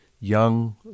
young